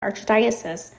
archdiocese